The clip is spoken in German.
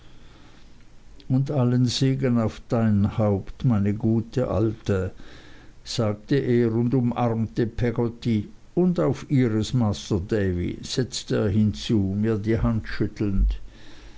und allen segen auf dein haupt meine gute alte sagte er und umarmte peggotty und auf ihres masr davy setzte er hinzu mir die hand schüttelnd